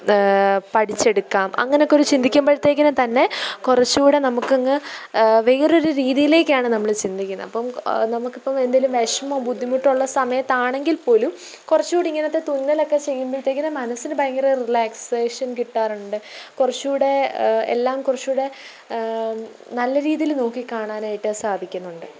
പഠിച്ചെടുക്കാം അങ്ങനെയൊക്കെ ഒരു ചിന്തിക്കുമ്പോഴത്തേക്കിനും തന്നെ കുറച്ചുകൂടെ നമുക്കങ്ങ് വേറൊരു രീതിലേയ്ക്കാണ് നമ്മൾ ചിന്തിക്കുന്നത് അപ്പം നമുക്കിപ്പം എന്തേലും വിഷമം ബുദ്ധിമുട്ടുള്ള സമയത്താണെങ്കിൽപ്പോലും കുറച്ചുകൂടെ ഇങ്ങനത്തെ തുന്നലൊക്കെ ചെയ്യുമ്പോഴത്തേക്കിന് മനസ്സിന് ഭയങ്കര റിലാക്സേഷൻ കിട്ടാറുണ്ട് കുറച്ചുകൂടെ എല്ലാം കുറച്ചുകൂടെ നല്ല രീതിയിൽ നോക്കിക്കാണാനായിട്ട് സാധിക്കുന്നുണ്ട്